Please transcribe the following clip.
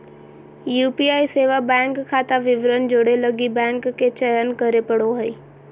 UPI सेवा bank खाता विवरण जोड़े लगी बैंक के चयन करे पड़ो हइ